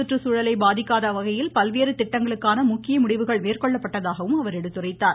கற்றுச்சூழலை பாதிக்காத வகையில் பல்வேறு திட்டங்களுக்கான முக்கிய முடிவுகள் மேற்கொள்ளப்பட்டதாகவும் அவர் எடுத்துரைத்தார்